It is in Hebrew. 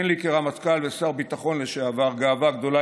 אין לי כרמטכ"ל ושר הביטחון לשעבר גאווה גדולה